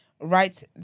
Right